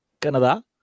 Canada